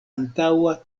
antaŭa